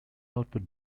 output